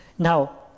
Now